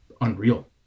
unreal